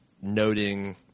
noting